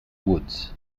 woods